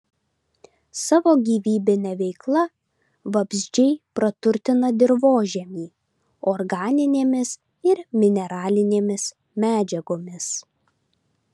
savo gyvybine veikla vabzdžiai praturtina dirvožemį organinėmis ir mineralinėmis medžiagomis